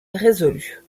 résolue